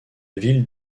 ville